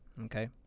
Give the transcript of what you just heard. okay